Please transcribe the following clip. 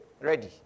Ready